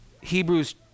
Hebrews